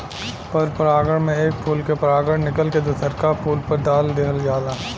पर परागण में एक फूल के परागण निकल के दुसरका फूल पर दाल दीहल जाला